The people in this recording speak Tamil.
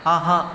ஆஹா